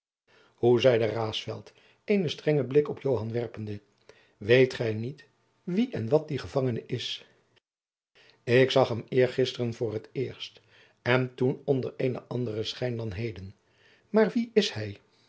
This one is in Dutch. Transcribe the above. hoe zeide raesfelt eenen strengen blik op joan werpende weet gij niet wie en wat die gevangene is ik zag hem eergisteren voor t eerst en toen onder eenen anderen schijn dan heden maar wie hij